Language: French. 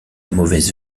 mauvaise